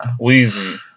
Weezy